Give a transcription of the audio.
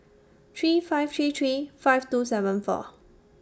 three five three three five two seven four